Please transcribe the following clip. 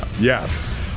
yes